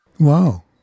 Wow